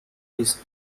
his